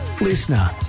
Listener